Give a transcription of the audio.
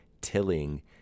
tilling